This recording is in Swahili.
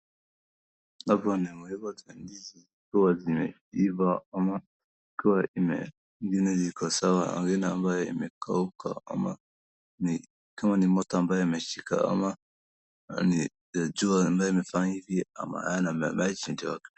Hapo ni imeiva tandizi ikuwa zime ivaa ama, ikuwa ime ingine ziko sawa ingine ambayo imekauka ama ni kama ni moto ambayo imeshika ama ni ya jua ambayo imefanya hivi ama ni maji ndogo.